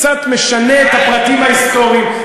קצת משנה את הפרטים ההיסטוריים,